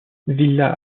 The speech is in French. villa